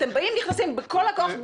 אתם באים ונכנסים בכל הכוח,